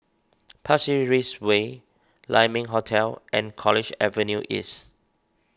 Pasir Ris Way Lai Ming Hotel and College Avenue East